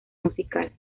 musical